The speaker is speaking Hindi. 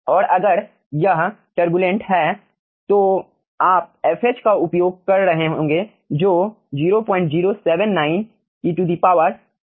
और अगर यह तुर्बुलेंट है तो आप fh का उपयोग कर रहे होंगे जो 0079 14 के बराबर है